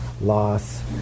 loss